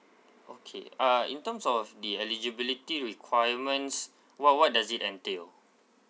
okay uh in terms of the eligibility requirements what what does it entail